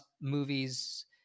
movies